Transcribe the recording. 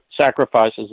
sacrifices